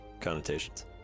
connotations